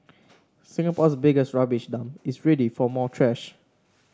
Singapore's biggest rubbish dump is ready for more trash